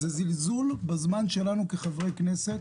זה זלזול בזמן שלנו כחברי כנסת.